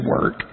work